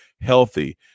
healthy